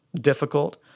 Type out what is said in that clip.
difficult